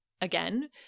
again